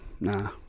Nah